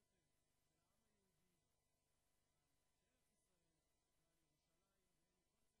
ישראל ולעם היהודי באשר הוא,